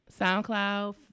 SoundCloud